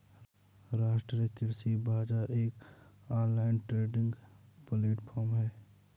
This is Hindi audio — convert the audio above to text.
राष्ट्रीय कृषि बाजार एक ऑनलाइन ट्रेडिंग प्लेटफॉर्म है